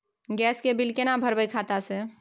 Gas के bill केना भरबै खाता से?